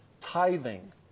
Tithing